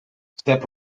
step